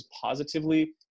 positively